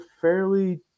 fairly